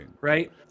Right